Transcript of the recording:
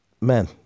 men